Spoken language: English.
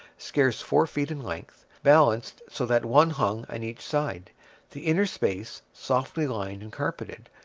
scarce four feet in length, balanced so that one hung at each side the inner space, softly lined and carpeted,